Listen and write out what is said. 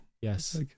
yes